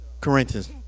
Corinthians